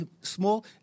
small